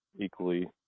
equally